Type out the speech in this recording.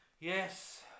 Yes